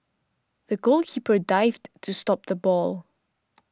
the goalkeeper dived to stop the ball